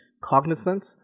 cognizant